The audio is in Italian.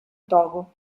togo